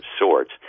sorts